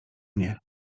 mnie